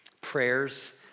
prayers